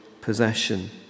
possession